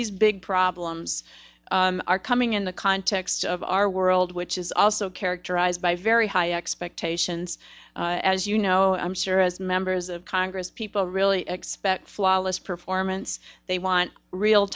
these big problems are coming in the context of our world which is also characterized by very high expectations as you know i'm sure as members of congress people really expect flawless performance they want real